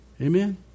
Amen